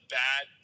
bad